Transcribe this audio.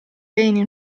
beni